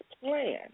plan